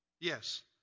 Yes